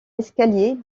escalier